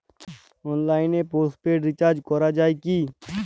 অনলাইনে postpaid recharge করা যায় কি?